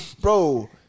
bro